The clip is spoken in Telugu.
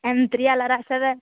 ఎం త్రి ఎలా రాశావె